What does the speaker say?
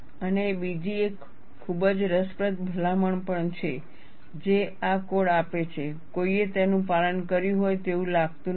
અને બીજી એક ખૂબ જ રસપ્રદ ભલામણ પણ છે જે આ કોડ આપે છે કોઈએ તેનું પાલન કર્યું હોય તેવું લાગતું નથી